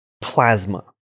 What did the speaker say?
plasma